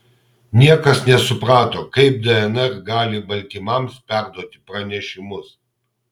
niekas nesuprato kaip dnr gali baltymams perduoti pranešimus